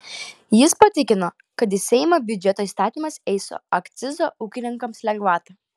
jis patikino kad į seimą biudžeto įstatymas eis su akcizo ūkininkams lengvata